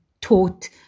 taught